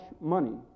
money